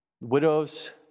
Widows